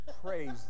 Praise